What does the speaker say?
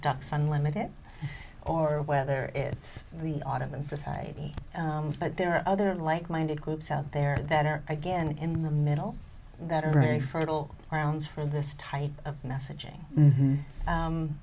ducks unlimited or whether it's the ottoman society but there are other like minded groups out there that are again in the middle that are very fertile grounds for this type of messaging